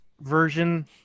version